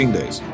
days